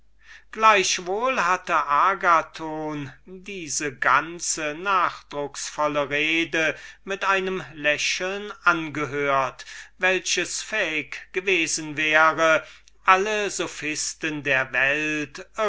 agathon hatte diese ganze emphatische rede mit einem lächeln angehört welches fähig gewesen wäre alle sophisten der welt